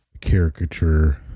caricature